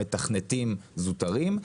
מתכנתים זוטרים,